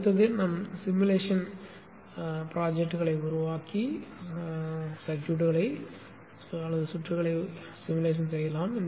அடுத்து நமது உருவகப்படுத்துதல் திட்டங்களை உருவாக்கி சுற்றுகளை உருவகப்படுத்தலாம்